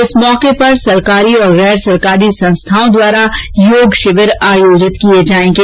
इस अवसर पर सरकारी और गैर सरकारी संस्थाओं द्वारा योग शिविर आयोजित किए जाएंगे